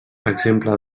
exemple